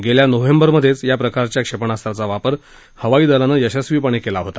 गेल्या नोव्हेंबरमधेच या प्रकारच्या क्षेपाणास्राचा वापर हवाई दलानं यशस्वीपणे केला होता